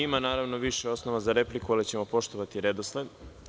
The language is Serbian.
Ima, naravno, više osnova za repliku, ali ćemo poštovani redosled.